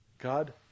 God